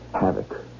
havoc